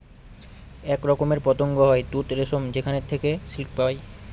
এক রকমের পতঙ্গ হয় তুত রেশম যেখানে থেকে সিল্ক পায়